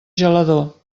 gelador